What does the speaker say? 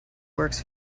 works